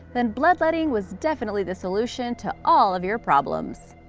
then bloodletting was definitely the solution to all of your problems!